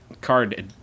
card